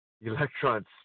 electrons